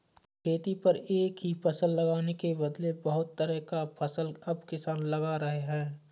खेती पर एक ही फसल लगाने के बदले बहुत तरह का फसल अब किसान लगा रहे हैं